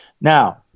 Now